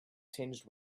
tinged